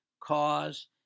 cause